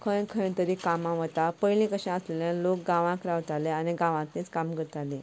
खंय खंय तरी कामांक वता पयलीं कशें आशिल्लें लोक गांवांत रावताले आनी गांवांतलींच कामां करताले